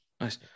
Nice